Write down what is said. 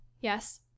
Yes